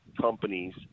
companies